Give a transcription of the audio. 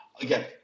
Again